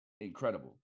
incredible